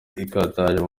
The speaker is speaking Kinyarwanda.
ikataje